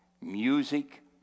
music